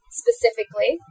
specifically